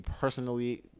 personally